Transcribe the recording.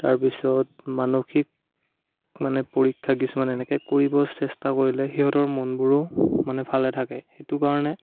তাৰপিছত মানসিক মানে পৰীক্ষা কিছুমান এনেকৈ কৰিব চেষ্টা কৰিলে সিহঁতৰ মনবোৰো মানে ভালে থাকে সেইটো কাৰণে